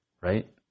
Right